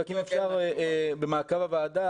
רק אם אפשר לעקוב אחרי זה בוועדה.